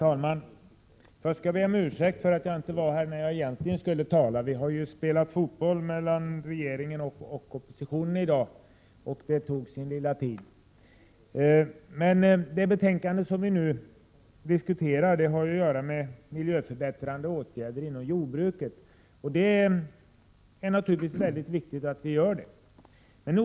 Herr talman! Det betänkande som vi nu diskuterar har att göra med miljöförbättrande åtgärder inom jordbruket, och det är naturligtvis mycket viktigt att sådana åtgärder vidtas.